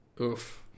Oof